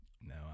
no